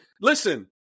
Listen